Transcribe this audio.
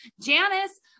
Janice